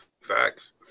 Facts